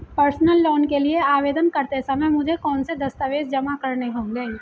Personal loan के लिए आवेदन करते समय मुझे कौन से दस्तावेज़ जमा करने होंगे?